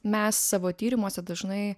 mes savo tyrimuose dažnai